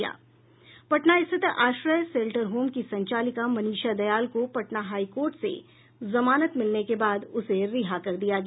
पटना स्थित आश्रय shelter home की संचालिका मनीषा दयाल को पटना हाईकोर्ट से जमानत मिलने के बाद उसे रिहा कर दिया गया